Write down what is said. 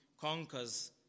conquers